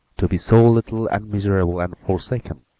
to be so little and miserable and forsaken,